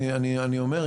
אני אומר,